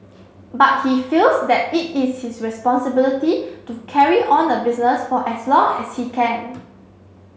but he feels that it is his responsibility to carry on the business for as long as he can